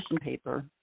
paper